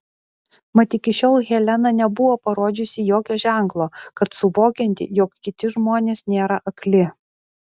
mat iki šiol helena nebuvo parodžiusi jokio ženklo kad suvokianti jog kiti žmonės nėra akli